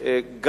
בשפה הערבית גם